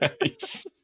nice